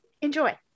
enjoy